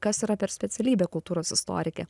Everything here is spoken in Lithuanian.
kas yra per specialybė kultūros istorikė